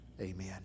Amen